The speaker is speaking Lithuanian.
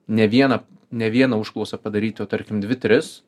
ne vieną ne vieną užklausą padaryti o tarkim dvi tris